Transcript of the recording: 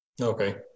Okay